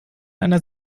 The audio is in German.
einer